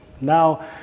now